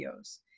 videos